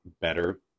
better